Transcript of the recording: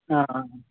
ꯑ ꯑ ꯑ